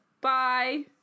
bye